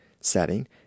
setting